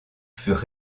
furent